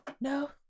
No